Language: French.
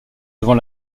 devant